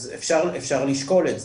אז אפשר לשקול את זה.